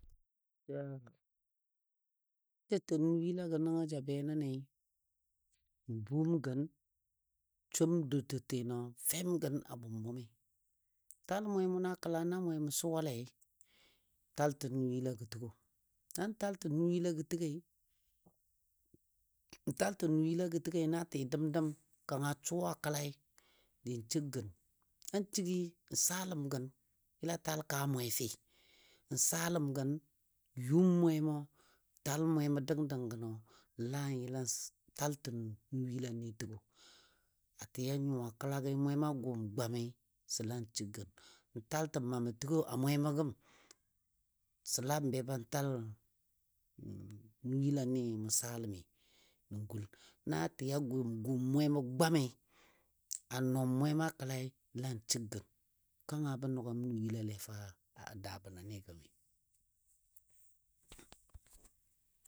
Na ja na ja ten nuyilagɔ ja benəni. n bum gən, som dutotəno fɛm gən a bʊm bʊmi. Ta mwe mʊnɔ a kəla na mwemə suwalei, taltə nuyilagɔ təgo nan taltə nuyilagɔ təgo na tɨ dəmgəm kanga suwa a kəlai din shigən, nan shigi, n saləm gən yəla tal kaa, mwe fɨ n saləm gən yʊm mwewa tal mwemo dəngəng gəno lan taltən nuyilani təgo a tɨ a nyuwa kəlagi mwema gʊm gwami sə lan shigən n taltə mamɔ təgo a mwemo gəm sə lan be ban tal nuyilani mʊ saləmi nə gul na tɨ a gum mwemo gwami a nom mwemo kəlai, lan shigən. Kanga bə nʊgwam nuyilale, fou a daa bənɔni gəmi.